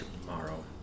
tomorrow